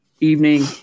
Evening